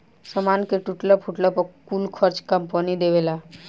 सामान के टूटला फूटला पर कुल खर्चा कंपनी देवेला